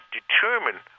determine